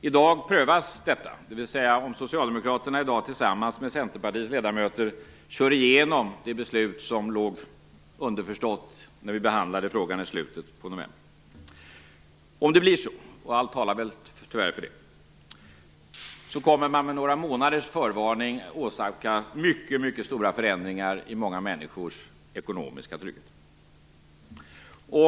I dag prövas detta - dvs. om socialdemokraterna tillsammans med Centerpartiets ledamöter kör igenom det beslut som låg underförstått när vi behandlade frågan i slutet av november. Om det blir så, och allt talar väl tyvärr för det, kommer man med några månaders förvarning att åsamka mycket stora förändringar i många människors ekonomiska trygghet.